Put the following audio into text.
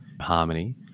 harmony